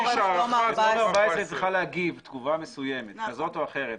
בתום ה-14 ימים היא צריכה להגיב תגובה מסוימת כזאת או אחרת,